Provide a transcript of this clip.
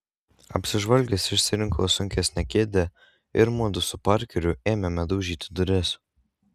apsižvalgęs išsirinkau sunkesnę kėdę ir mudu su parkeriu ėmėme daužyti duris